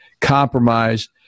compromise